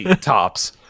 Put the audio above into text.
tops